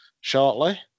shortly